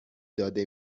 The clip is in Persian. داده